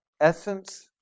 essence